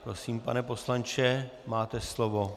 Prosím, pane poslanče, máte slovo.